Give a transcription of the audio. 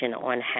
on